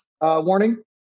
warning